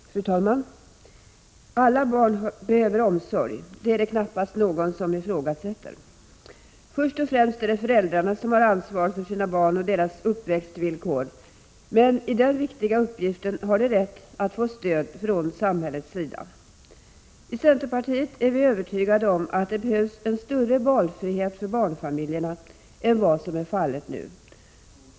Fru talman! Alla barn behöver omsorg. Knappast någon ifrågasätter det. Först och främst är det föräldrarna som har ansvar för sina barn och deras uppväxtvillkor, men i den viktiga uppgiften har de rätt att få stöd från samhällets sida. I centerpartiet är vi övertygade om att det behövs en större valfrihet för barnfamiljerna än vad som är fallet nu.